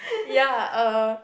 ya uh